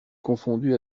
confondu